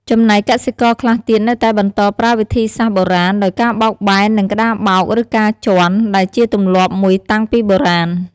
ចំណែកកសិករខ្លះទៀតនៅតែបន្តប្រើវិធីសាស្រ្ដបុរាណដោយការបោកបែននឹងក្ដារបោក ឬការជាន់ ដែលជាទម្លាប់មួយតាំងពីបុរាណ។